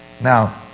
Now